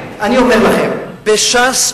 אני אומר לכם: בש"ס,